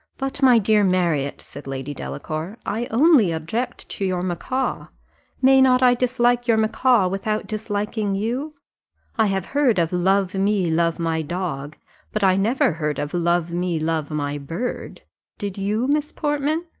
but, my dear marriott, said lady delacour, i only object to your macaw may not i dislike your macaw without disliking you i have heard of love me, love my dog but i never heard of love me, love my bird' did you, miss portman?